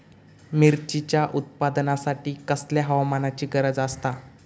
मिरचीच्या उत्पादनासाठी कसल्या हवामानाची गरज आसता?